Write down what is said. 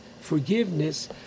forgiveness